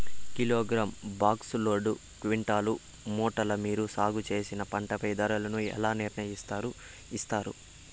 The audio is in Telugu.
కిలోగ్రామ్, బాక్స్, లోడు, క్వింటాలు, మూటలు మీరు సాగు చేసిన పంటపై ధరలను ఎలా నిర్ణయిస్తారు యిస్తారు?